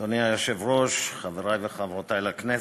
אדוני היושב-ראש, חברי וחברותי לכנסת,